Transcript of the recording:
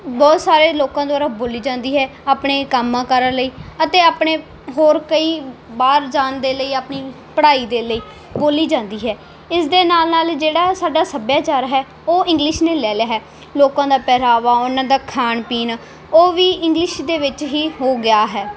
ਬਹੁਤ ਸਾਰੇ ਲੋਕਾਂ ਦੁਆਰਾ ਬੋਲੀ ਜਾਂਦੀ ਹੈ ਆਪਣੇ ਕੰਮਾਂ ਕਾਰਾਂ ਲਈ ਅਤੇ ਆਪਣੇ ਹੋਰ ਕਈ ਬਾਹਰ ਜਾਣ ਦੇ ਲਈ ਆਪਣੀ ਪੜ੍ਹਾਈ ਦੇ ਲਈ ਬੋਲੀ ਜਾਂਦੀ ਹੈ ਇਸ ਦੇ ਨਾਲ ਨਾਲ ਜਿਹੜਾ ਸਾਡਾ ਸੱਭਿਆਚਾਰ ਹੈ ਉਹ ਇੰਗਲਿਸ਼ ਨੇ ਲੈ ਲਿਆ ਹੈ ਲੋਕਾਂ ਦਾ ਪਹਿਰਾਵਾ ਉਹਨਾਂ ਦਾ ਖਾਣ ਪੀਣ ਉਹ ਵੀ ਇੰਗਲਿਸ਼ ਦੇ ਵਿੱਚ ਹੀ ਹੋ ਗਿਆ ਹੈ